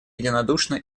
единодушно